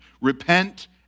Repent